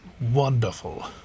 wonderful